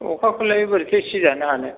अखाखौलाय बोरैथो सिजानो हानो